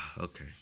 Okay